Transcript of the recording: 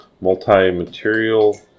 multi-material